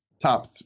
top